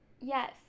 Yes